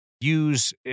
use